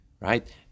right